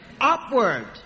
Upward